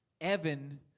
Evan